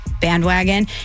bandwagon